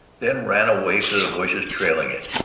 then ran away through the bushes trailing it.